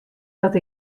dat